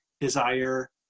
desire